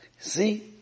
See